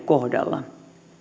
kohdalla